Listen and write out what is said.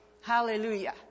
Hallelujah